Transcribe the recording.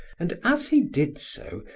and as he did so,